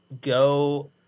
go